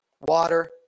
water